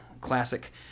classic